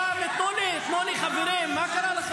בוא לפה, מה אתה מסתתר?